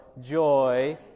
joy